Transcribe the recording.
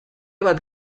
bat